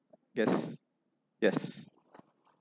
yes yes